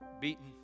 beaten